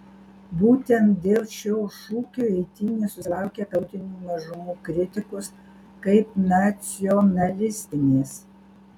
būtent dėl šio šūkio eitynės susilaukia tautinių mažumų kritikos kaip nacionalistinės